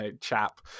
chap